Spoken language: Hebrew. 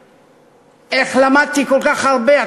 איך למדתי כל כך הרבה.